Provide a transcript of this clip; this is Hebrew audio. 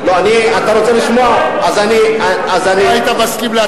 אני לא שומע מה שאתה אומר.